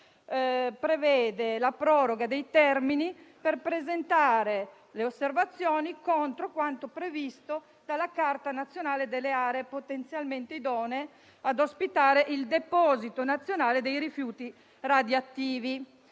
prevede la proroga dei termini per presentare le osservazioni contro quanto previsto dalla carta nazionale delle aree potenzialmente idonee ad ospitare il deposito nazionale dei rifiuti radioattivi.